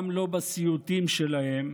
גם בסיוטים שלהם,